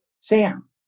Sam